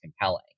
compelling